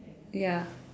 ya